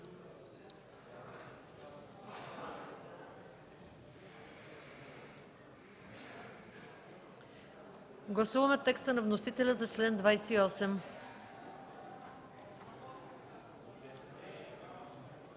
гласуване текста на вносителя за чл. 28,